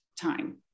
time